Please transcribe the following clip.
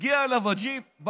מגיע אליו הג'יפ,